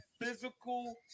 physical